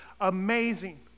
Amazing